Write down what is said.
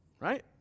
right